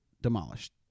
demolished